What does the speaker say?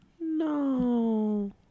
No